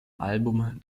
album